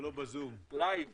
גם בדיונים